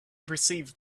perceived